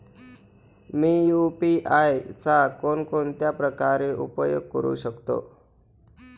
मी UPI चा कोणकोणत्या प्रकारे उपयोग करू शकतो?